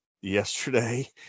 yesterday